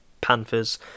Panthers